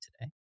today